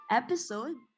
episode